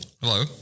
Hello